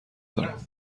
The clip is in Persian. دارم